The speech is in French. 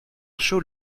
chaud